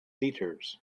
theatres